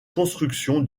construction